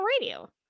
radio